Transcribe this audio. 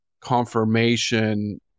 confirmation